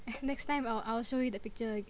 next time I'll I'll show you the picture okay